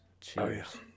Cheers